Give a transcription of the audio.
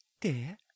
Dear